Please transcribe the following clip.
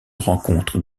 rencontre